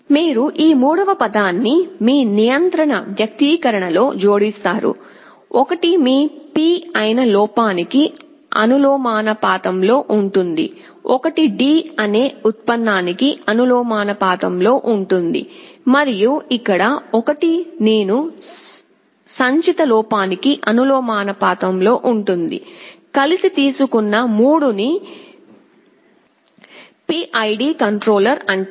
మీరు ఈ మూడవ పదాన్ని మీ నియంత్రణ వ్యక్తీకరణలో జోడిస్తారు ఒకటి మీ P అయిన లోపానికి అనులోమానుపాతంలో ఉంటుంది ఒకటి D అనే ఉత్పన్నానికి అనులోమానుపాతంలో ఉంటుంది మరియు ఇక్కడ ఒకటి నేను సంచిత లోపానికి అనులోమానుపాతంలో ఉంటుంది కలిసి తీసుకున్న 3 ని పిఐడి కంట్రోలర్ అంటారు